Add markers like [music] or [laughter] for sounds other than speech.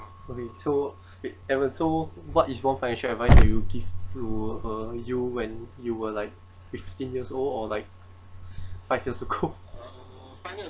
for me so okay evan so what is more financial advice that you give to her you when you were like fifteen years old or like five years ago [laughs]